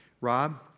Rob